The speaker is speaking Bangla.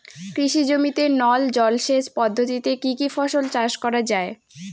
কৃষি জমিতে নল জলসেচ পদ্ধতিতে কী কী ফসল চাষ করা য়ায়?